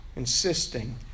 insisting